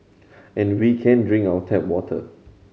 and we can drink out tap water